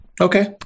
Okay